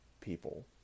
people